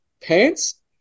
pants